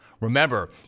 Remember